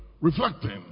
reflecting